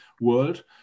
world